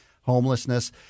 homelessness